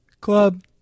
club